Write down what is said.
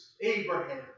Abraham